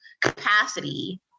capacity